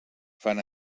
fan